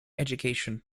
education